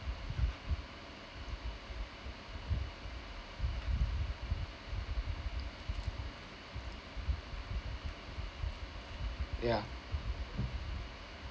yeah